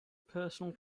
personal